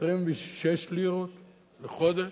ב-26 לירות לחודש.